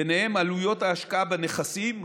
ובהם עלויות ההשקעה בנכסים,